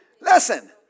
Listen